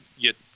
get